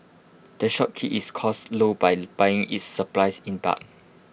the shop keeps its costs low by buying its supplies in bulk